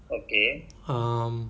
um